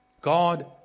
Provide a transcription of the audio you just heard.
God